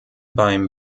beim